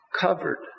covered